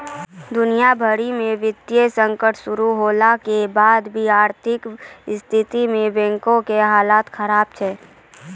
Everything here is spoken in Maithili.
दुनिया भरि मे वित्तीय संकट शुरू होला के बाद से अर्थव्यवस्था मे बैंको के हालत खराब छै